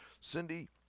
Cindy